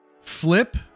flip